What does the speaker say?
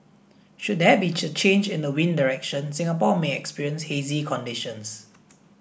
should there be change in the wind direction Singapore may experience hazy conditions